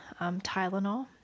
Tylenol